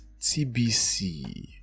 tbc